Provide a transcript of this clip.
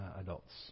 adults